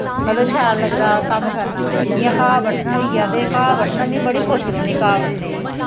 मतलब शैल लगदा कम्म करना जि'यां घाऽ बड्ढना होई गेआ ते घाऽ बड्ढना मिगी बड़ी खुश रौह्न्नी घाऽ बड्ढने गी